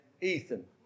Ethan